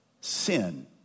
sin